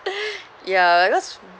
ya because